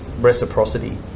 reciprocity